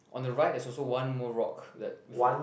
on the right there's also one more rock that before